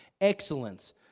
excellence